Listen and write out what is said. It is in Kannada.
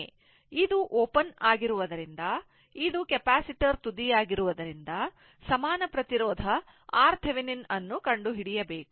ಆದ್ದರಿಂದ ಇದು ಓಪನ್ ಆಗಿರುವುದರಿಂದ ಇದು ಕೆಪಾಸಿಟರ್ ತುದಿ ಆಗಿರುವುದರಿಂದ ಸಮಾನ ಪ್ರತಿರೋಧ RThevenin ಅನ್ನು ಕಂಡುಹಿಡಿಯಬೇಕು